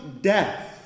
death